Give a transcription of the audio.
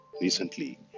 recently